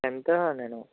tenth నేను